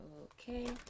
Okay